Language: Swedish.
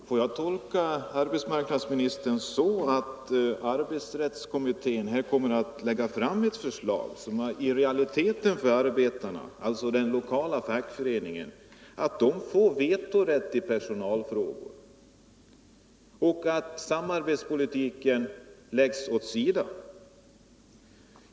Herr talman! Får jag tolka arbetsmarknadsministern så att arbetsrättskommittén kommer att lägga fram ett förslag som innebär att den lokala fackföreningen, dvs. i realiteten arbetarna, får vetorätt i personalfrågor och att samarbetspolitiken läggs åt sidan?